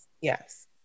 yes